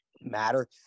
matter